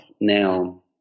now